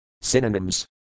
Synonyms